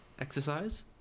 exercise